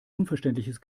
unverständliches